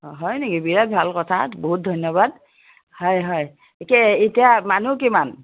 অঁ হয় নেকি বিৰাট ভাল কথা বহুত ধন্যবাদ হয় হয় এতিয়া এতিয়া মানুহ কিমান